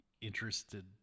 interested